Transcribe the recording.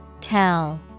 Tell